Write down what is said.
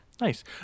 Nice